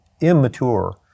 immature